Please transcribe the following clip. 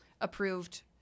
approved